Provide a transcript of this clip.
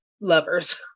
lover's